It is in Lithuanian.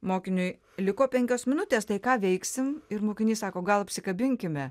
mokiniui liko penkios minutės tai ką veiksim ir mokiniai sako gal apsikabinkime